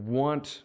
want